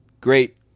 great